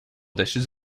dishes